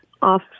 Off